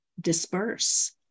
disperse